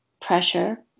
pressure